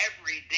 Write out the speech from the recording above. everyday